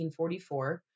1944